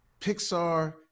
Pixar